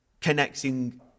connecting